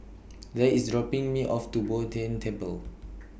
Zaid IS dropping Me off At Bo Tien Temple